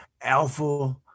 alpha